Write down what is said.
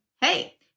hey